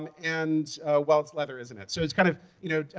and well, it's leather, isn't it? so it's kind of, you know,